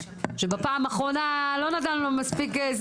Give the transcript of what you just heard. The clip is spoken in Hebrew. שבפעם האחרונה לא נתנה לנו מספיק...